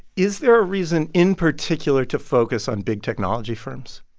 is there a reason in particular to focus on big technology firms?